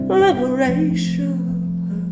liberation